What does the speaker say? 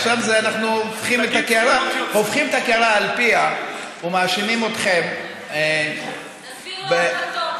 עכשיו אנחנו הופכים את הקערה על פיה ומאשימים אתכם תסביר לו את זה טוב,